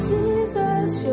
Jesus